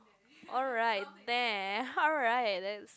alright there alright that is